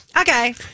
Okay